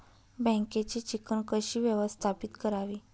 बँकेची चिकण कशी व्यवस्थापित करावी?